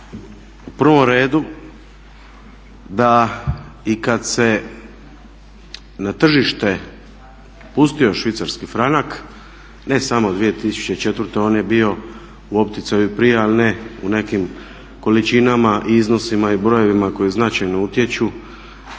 u prvom redu da i kad se na tržište pustio švicarski franak, ne samo 2004., on je bio u opticaju i prije ali ne u nekim količinama, iznosima i brojevima koji značajno utječu.